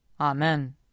Amen